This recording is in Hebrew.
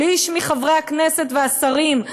שליש מחברי הכנסת והשרים,